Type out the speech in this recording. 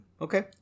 Okay